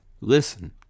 Listen